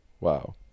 Wow